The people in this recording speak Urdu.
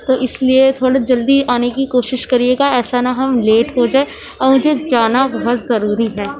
تو اِس لیے تھوڑا جلدی آنے کی کوشش کریے گا ایسا نہ ہم لیٹ ہو جائیں اور مجھے جانا بہت ضروری ہے